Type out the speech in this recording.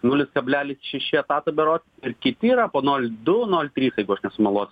nulis kablelis šeši etato berods ir kiti yra po nol du nol trys jeigu aš nesumeluosiu